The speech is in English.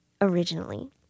originally